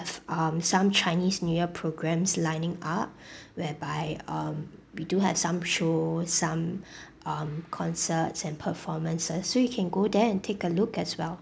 um some chinese new year programs lining up whereby um we do have some show some um concerts and performances so you can go there and take a look as well